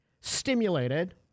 stimulated